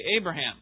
Abraham